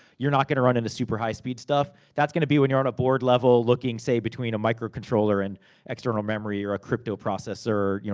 you're not gonna run into super high speed stuff. that's gonna be when you're on a board level looking, say, between a micro controller and external memory. or a cryptoprocessor,